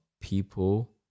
people